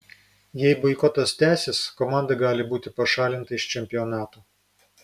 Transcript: jei boikotas tęsis komanda gali būti pašalinta iš čempionato